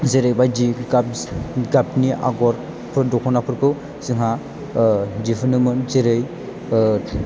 जेरै बायदि गाब गाबनि आगरफोर दख'नाफोरखौ जोंहा दिहुनोमोन जेरै